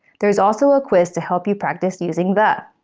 there's also a quiz to help you practice using the.